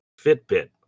fitbit